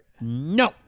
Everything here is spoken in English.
No